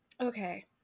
Okay